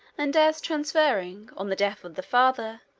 and as transferring, on the death of the father,